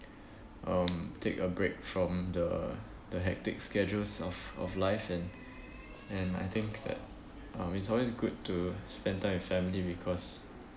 um take a break from the the hectic schedules of of life and and I think that um it's always good to spend time with family because